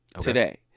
today